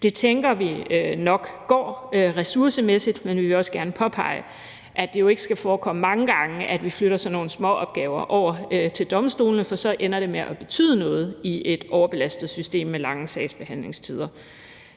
Det tænker vi nok går ressourcemæssigt, men vi vil også gerne påpege, at det jo ikke skal forekomme mange gange, at vi flytter sådan nogle små opgaver over til domstolene, for så ender det med at betyde noget i et overbelastet system med lange sagsbehandlingstider.